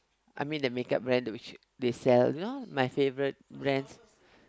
I mean the makeup brand which they sell you know my favourite brands